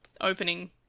opening